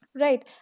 right